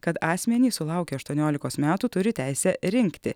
kad asmenys sulaukę aštuoniolikos metų turi teisę rinkti